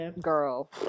girl